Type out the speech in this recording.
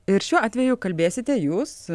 ir šiuo atveju kalbėsite jūs